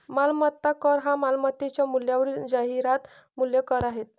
मालमत्ता कर हा मालमत्तेच्या मूल्यावरील जाहिरात मूल्य कर आहे